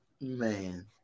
man